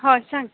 हय सांग